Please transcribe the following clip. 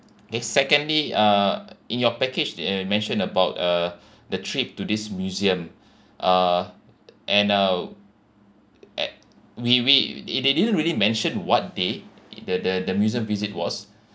K secondly uh in your package they mention about uh the trip to this museum uh and uh and we we they didn't really mention what they the the the museum visit was